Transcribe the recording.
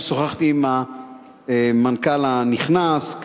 וגם שוחחתי עם המנכ"ל הנכנס,